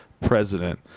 president